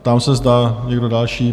Ptám se, zda někdo další?